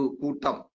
kutam